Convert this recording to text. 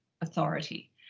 authority